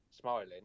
smiling